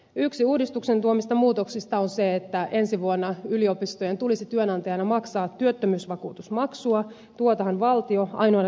yksi uudistuksen tuomista muutoksista on se että ensi vuonna yliopistojen tulisi työnantajana maksaa työttömyysvakuutusmaksua tuotahan valtio ainoana työnantajana ei maksa